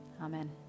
amen